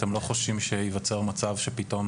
אתם לא חוששים שייווצר מצב שבו פתאום